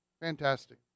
fantastic